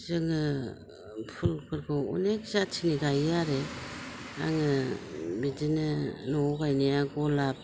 जोङो फुलफोरखौ अनेख जाथिनि गायो आरो आङो बिदिनो न'आव गायनाया गलाब